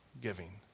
giving